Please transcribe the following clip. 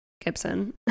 gibson